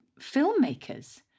filmmakers